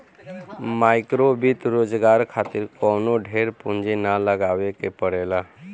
माइक्रोवित्त रोजगार खातिर कवनो ढेर पूंजी ना लगावे के पड़ेला